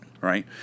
right